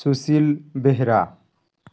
Sushil Behera